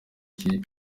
cyo